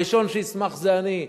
הראשון שישמח זה אני.